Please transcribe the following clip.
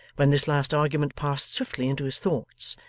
when this last argument passed swiftly into his thoughts,